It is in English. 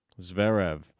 Zverev